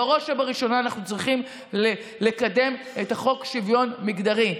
בראש ובראשונה אנחנו צריכים לקדם את חוק השוויון המגדרי.